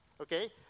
Okay